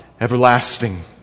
everlasting